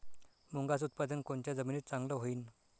मुंगाचं उत्पादन कोनच्या जमीनीत चांगलं होईन?